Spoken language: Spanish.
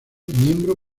miembro